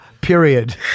Period